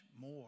more